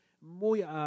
muy